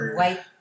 white